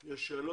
יש שאלות?